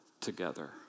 together